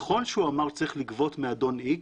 נכון שהוא אמר שצריך לגבות מאדון X,